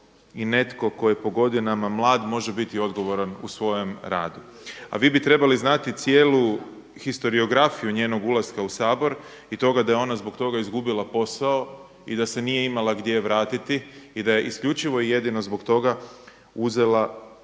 i netko tko je po godinama mlad može biti odgovoran u svojem radu. A vi bi trebali znati cijelu historijografiju njenog ulaska u Sabor i toga da je ona zbog toga izgubila posao i da se nije imala gdje vratiti i da je isključivo i jedino zbog toga uzela ono